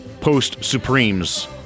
post-Supremes